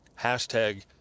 Hashtag